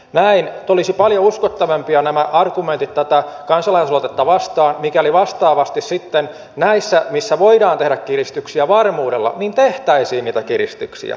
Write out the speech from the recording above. näin olisivat paljon uskottavampia nämä argumentit tätä kansalaisaloitetta vastaan mikäli vastaavasti sitten näissä missä voidaan tehdä kiristyksiä varmuudella tehtäisiin niitä kiristyksiä